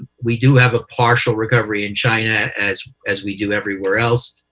we do have a partial recovery in china as as we do everywhere else.